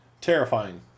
Terrifying